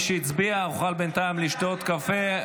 מי שהצביע יוכל בינתיים לשתות קפה.